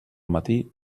matí